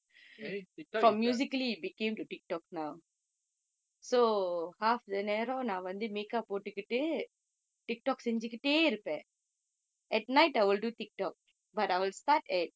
eh Tiktok is the